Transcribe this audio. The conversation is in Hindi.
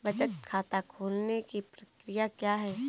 बचत खाता खोलने की प्रक्रिया क्या है?